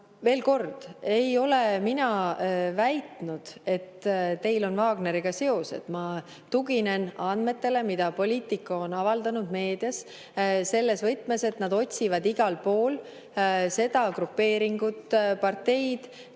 Veel kord: ei ole mina väitnud, et teil on Wagneriga seos. Ma tuginen andmetele, mida Politico on avaldanud meedias selles võtmes, et Wagner otsib igal pool seda grupeeringut, parteid,